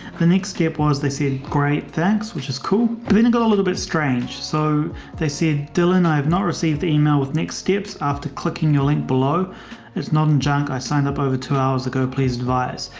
the next step was they said, great, thanks. which is cool. but then we got a little bit strange. so they said, dylan, i have not received the e-mail with next steps after clicking your link below as non junk. i sign up over two hours ago. please advise.